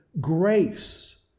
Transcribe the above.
grace